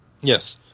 Yes